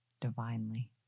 divinely